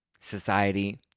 society